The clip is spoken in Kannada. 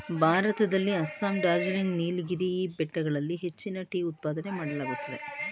ಭಾರತದಲ್ಲಿ ಅಸ್ಸಾಂ, ಡಾರ್ಜಿಲಿಂಗ್, ನೀಲಗಿರಿ ಬೆಟ್ಟಗಳಲ್ಲಿ ಹೆಚ್ಚಿನ ಟೀ ಉತ್ಪಾದನೆ ಮಾಡಲಾಗುತ್ತದೆ